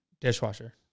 dishwasher